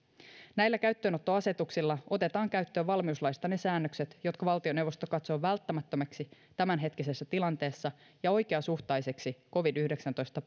näillä käyttöönottoasetuksilla otetaan käyttöön valmiuslaista ne säännökset jotka valtioneuvosto katsoo välttämättömiksi tämänhetkisessä tilanteessa ja oikeasuhtaisiksi covid yhdeksäntoista